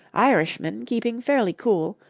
irishmen keeping fairly cool,